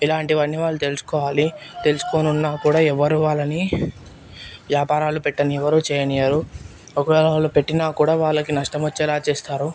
ఇలాంటివన్నీ వాళ్లు తెలుసుకోవాలి తెలుసుకోనున్నా కూడా ఎవరు వాళ్ళని వ్యాపారాలు పెట్టనివ్వరు చేయనివ్వరు ఒకవేళ వాళ్ళు పెట్టిన కూడా వాళ్ళకి నష్టం వచ్చేలా చేస్తారు